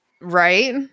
Right